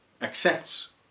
accepts